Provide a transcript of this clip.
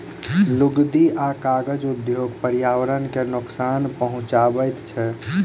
लुगदी आ कागज उद्योग पर्यावरण के नोकसान पहुँचाबैत छै